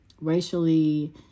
racially